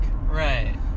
Right